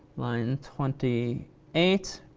line twenty eight.